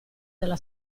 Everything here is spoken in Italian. della